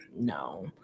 No